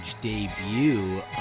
debut